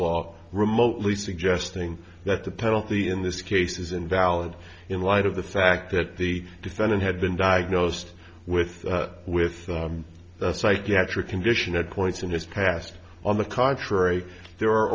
law remotely suggesting that the penalty in this case is invalid in light of the fact that the defendant had been diagnosed with with a psychiatric condition at points in his past on the contrary there are